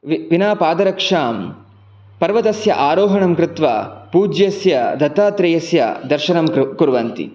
विना पादरक्षां पर्वतस्य आरोहणं कृत्वा पूज्यस्य दत्तात्रेयस्य दर्शनं कुर्वन्ति